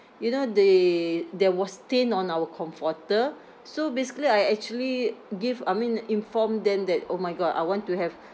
you know they there was stain on our comforter so basically I actually give I mean informed them that oh my god I want to have